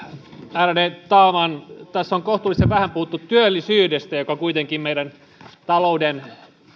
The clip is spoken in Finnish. ärade talman tässä on kohtuullisen vähän puhuttu työllisyydestä joka kuitenkin on yksi meidän taloutemme